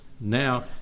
now